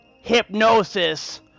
hypnosis